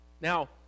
Now